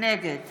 נגד